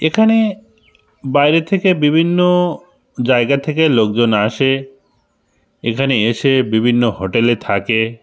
এখানে বাইরে থেকে বিভিন্ন জায়গার থেকে লোকজন আসে এখানে এসে বিভিন্ন হোটেলে থাকে